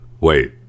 Wait